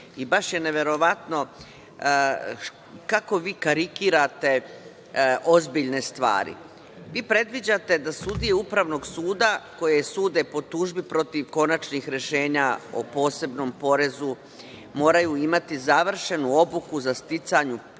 i baš je neverovatno, kako vi karikirate ozbiljne stvari. Vi predviđate da sudije Upravnog suda koje sude po tužbi protiv konačnih rešenja o posebnom porezu moraju imati završenu obuku za sticanje posebnih